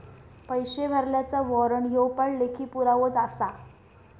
पैशे भरलल्याचा वाॅरंट ह्यो पण लेखी पुरावोच आसा